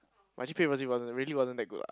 my g_p_a wasn't really wasn't that good ah